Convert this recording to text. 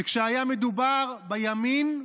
שכשהיה מדובר בימין,